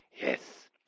Yes